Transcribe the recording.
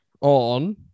on